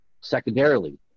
Secondarily